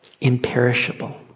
imperishable